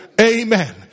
Amen